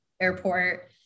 airport